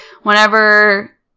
Whenever